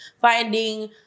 finding